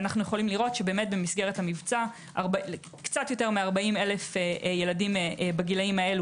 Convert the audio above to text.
במסגרת המבצע קצת יותר מ-40,000 ילדים בגילאים האלה,